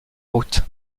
route